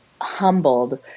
humbled